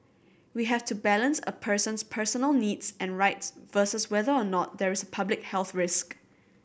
we have to balance a person's personal needs and rights versus whether or not there is a public health risk